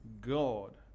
God